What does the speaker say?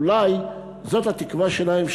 אולי זאת התקווה שלהם,